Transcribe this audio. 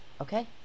okay